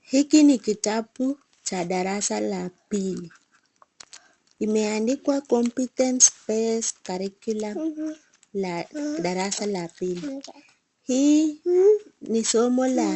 Hiki ni kitabu cha darasa la pili. Imeandikwa 'Competence Based Curriculum' la darasa la pili. Hii ni somo la